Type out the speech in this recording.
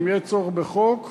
אם יהיה צורך בחוק,